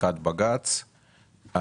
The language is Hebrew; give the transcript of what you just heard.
פסיקת בג"ץ.